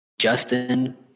justin